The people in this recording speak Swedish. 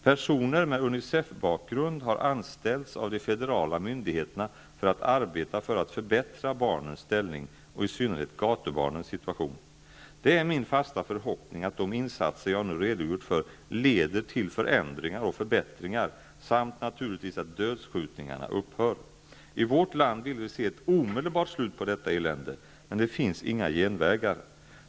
Personer med UNICEF-bakgrund har anställts av de federala myndigheterna för att arbeta för att förbättra barnens ställning, och i synnerhet gatubarnens situation. Det är min fasta förhoppning att de insatser jag nu redogjort för leder till förändringar och förbättringar samt naturligtvis att dödsskjutningarna upphör. I vårt land vill vi se ett omedelbart slut på detta elände, men det finns inga genvägar.